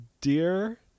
Dear